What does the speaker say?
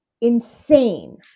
insane